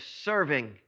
serving